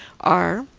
are,